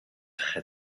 had